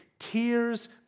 Tears